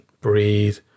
Breathe